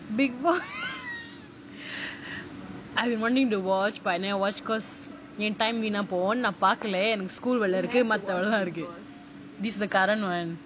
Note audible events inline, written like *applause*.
bigg boss *laughs* I have been wanting to watch but I never watch because ஏன்:yaen time வீனா போகும் நான் பாக்கல:veenaa pogum naan paakala school வேல இருக்கு மத்த வேலைலாம் இருக்கு:vela iruku maththa velailaam iruku this the current [one]